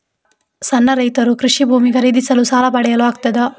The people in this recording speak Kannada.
ಸಣ್ಣ ರೈತರು ಕೃಷಿ ಭೂಮಿ ಖರೀದಿಸಲು ಸಾಲ ಪಡೆಯಲು ಆಗ್ತದ?